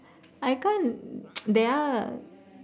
I can't there are